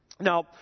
Now